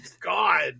god